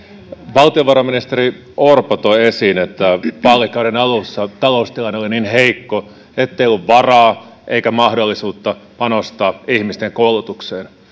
valtiovarainministeri orpo toi esiin että vaalikauden alussa taloustilanne oli niin heikko ettei ollut varaa eikä mahdollisuutta panostaa ihmisten koulutukseen